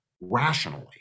rationally